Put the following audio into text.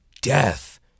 death